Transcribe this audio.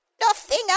Nothing